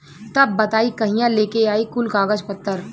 तब बताई कहिया लेके आई कुल कागज पतर?